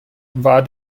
war